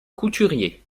couturier